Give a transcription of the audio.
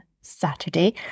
Saturday